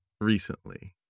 recently